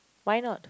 why not